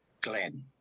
Glenn